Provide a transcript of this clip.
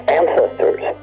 ancestors